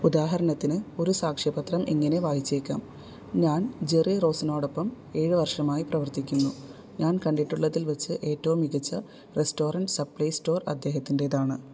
ഉദാഹരണത്തിന് ഒരു സാക്ഷ്യപത്രം ഇങ്ങനെ വായിച്ചേക്കാം ഞാൻ ജെറി റോസ്നോടൊപ്പം ഏഴ് വർഷമായി പ്രവർത്തിക്കുന്നു ഞാൻ കണ്ടിട്ടുള്ളതിൽ വച്ച് ഏറ്റവും മികച്ച റെസ്റ്റോറൻ്റ് സപ്ലൈ സ്റ്റോർ അദ്ദേഹത്തിൻ്റെതാണ്